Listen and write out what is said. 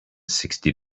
sixty